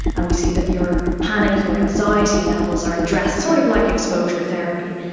and we see that your panic, your anxiety levels are addressed, sort of like exposure therapy.